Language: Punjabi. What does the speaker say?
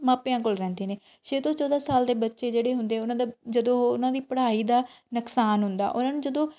ਮਾਪਿਆਂ ਕੋਲ ਰਹਿੰਦੇ ਨੇ ਛੇ ਤੋਂ ਚੌਦ੍ਹਾਂ ਸਾਲ ਦੇ ਬੱਚੇ ਜਿਹੜੇ ਹੁੰਦੇ ਉਹਨਾਂ ਦਾ ਜਦੋਂ ਉਹਨਾਂ ਦੀ ਪੜ੍ਹਾਈ ਦਾ ਨੁਕਸਾਨ ਹੁੰਦਾ ਉਹਨਾਂ ਨੂੰ ਜਦੋਂ